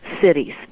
Cities